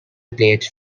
plates